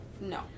no